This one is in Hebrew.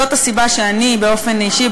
זאת הסיבה שאני באופן אישי,